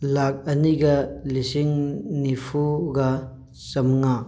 ꯂꯥꯛ ꯑꯅꯤꯒ ꯂꯤꯁꯤꯡ ꯅꯤꯐꯨꯒ ꯆꯥꯝꯃꯉꯥ